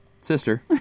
Sister